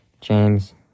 James